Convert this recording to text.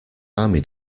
army